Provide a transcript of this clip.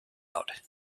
out